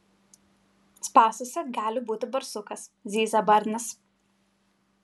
spąstuose gali būti barsukas zyzia barnis